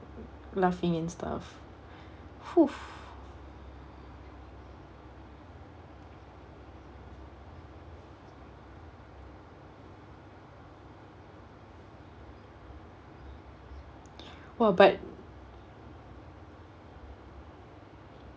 laughing and stuff !woo! what about